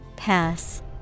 Pass